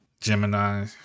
Gemini